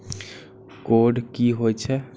Code की होय छै?